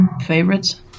favorites